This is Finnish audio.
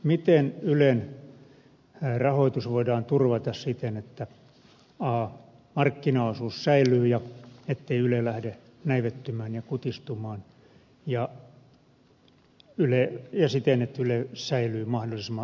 miten ylen rahoitus voidaan turvata siten että markkinaosuus säilyy ja ettei yle lähde näivettymään ja kutistumaan ja siten että yle säilyy mahdollisimman riippumattomana